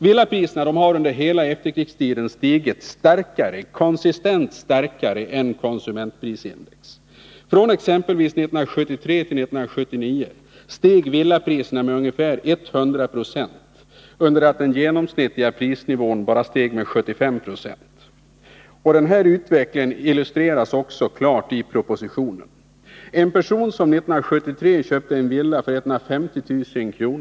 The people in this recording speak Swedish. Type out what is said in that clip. Villapriserna har under hela efterkrigstiden konstant stigit kraftigare än konsumentprisindex. Från 1973 till 1979 steg villapriserna med ungefär 100 96, medan den genomsnittliga prisnivån steg med bara 75 96. Den utvecklingen illustreras också klart i propositionen. En person som 1973 köpte en villa för 150 000 kr.